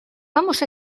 vamos